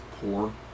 poor